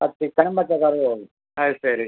ആ ചിക്കനും പച്ചക്കറി വേറെ അത് ശരി